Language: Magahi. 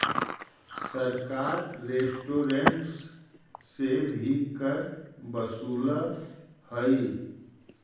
सरकार रेस्टोरेंट्स से भी कर वसूलऽ हई